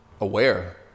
aware